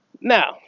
Now